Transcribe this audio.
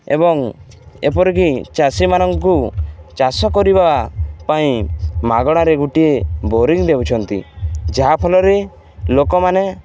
ଏବଂ ଏପରିକି ଚାଷୀମାନଙ୍କୁ ଚାଷ କରିବା ପାଇଁ ମାଗଣାରେ ଗୋଟିଏ ବୋରିଂ ଦେଉଛନ୍ତି ଯାହାଫଳରେ ଲୋକମାନେ